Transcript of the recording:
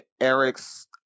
Eric's